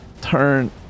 turn